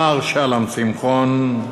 מר שלום שמחון,